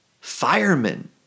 firemen